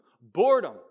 Boredom